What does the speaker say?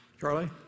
Charlie